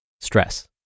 Stress